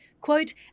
quote